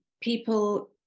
people